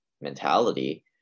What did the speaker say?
mentality